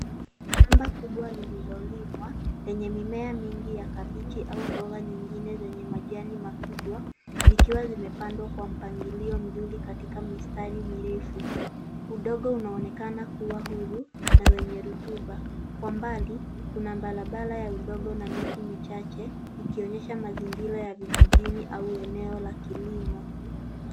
Shamba kubwa lililolimwa, lenye mimea mingi ya kabichi au mboga nyingine zenye majani makubwa zikiwa zimepandwa kwa mpangilio mzuri katika mistari mirefu. Udongo unaonekana kuwa huru na wenye rutuba. Kwa mbali, kuna barabara ya udongo na miti michache ikionyesha mazingira ya vijijini au eneo la kilimo.